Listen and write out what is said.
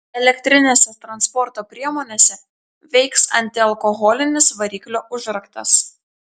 elektrinėse transporto priemonėse veiks antialkoholinis variklio užraktas